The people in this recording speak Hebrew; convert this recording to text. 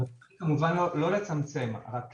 כמובן לא לצמצם, רק